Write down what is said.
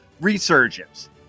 resurgence